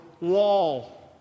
wall